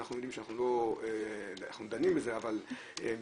אנחנו יודעים שאנחנו דנים בזה לא מעט,